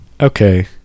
Okay